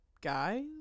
guys